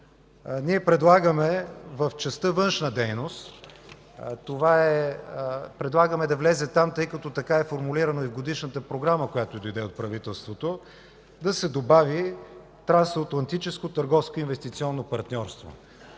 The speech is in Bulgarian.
предлагаме в частта „Външна дейност”. Предлагаме да влезе там, тъй като така е формулирано и в Годишната програма, която дойде от правителството, да се добави: „Трансатлантическо търговско и инвестиционно партньорство”.